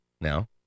now